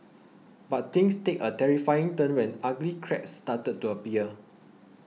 but things take a terrifying turn when ugly cracks started to appear